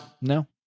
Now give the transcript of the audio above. No